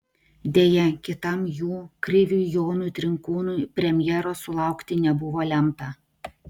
deja kitam jų kriviui jonui trinkūnui premjeros sulaukti nebuvo lemta